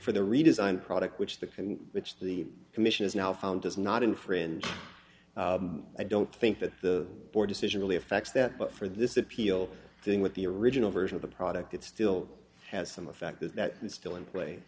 for the redesigned product which the and which the commission has now found does not infringe i don't think that the board decision really affects that but for this appeal thing with the original version of the product it still has some effect is that it's still